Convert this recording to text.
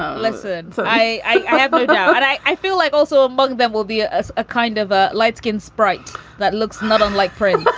listen, so i yeah but know but i i feel like also among them will be as a kind of a light skin sprite that looks not unlike prince,